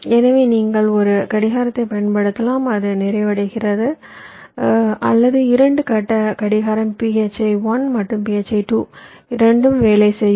எனவே நீங்கள் ஒரு கடிகாரத்தைப் பயன்படுத்தலாம் அது நிறைவடைகிறது அல்லது இரண்டு கட்ட கடிகாரம் phi 1 மற்றும் phi 2 இரண்டும் வேலை செய்யும்